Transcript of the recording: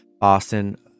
Boston